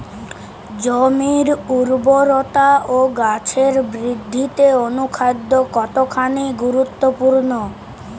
জমির উর্বরতা ও গাছের বৃদ্ধিতে অনুখাদ্য কতখানি গুরুত্বপূর্ণ?